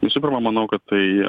visų pirma manau kad tai